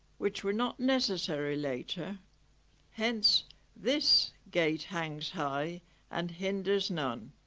which were not necessary later hence this gate hangs high and hinders none